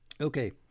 Okay